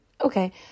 okay